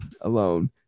alone